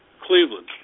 Cleveland